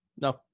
no